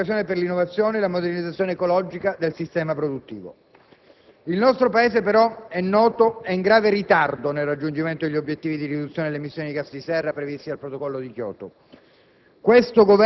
Una straordinaria occasione per l'innovazione e la modernizzazione ecologica del sistema produttivo. Il nostro Paese però, è noto, è in grave ritardo nel raggiungimento degli obiettivi di riduzione delle emissioni di gas serra previsti dal Protocollo di Kyoto.